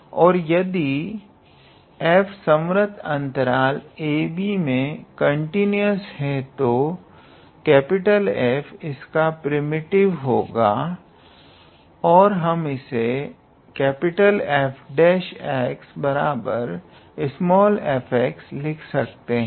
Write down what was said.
और यदि f संवर्त अंतराल ab मे कंटीन्यूअस है तो F इसका प्रिमिटिव होगा और हम इसे 𝐹′𝑥 𝑓𝑥 लिख सकते हैं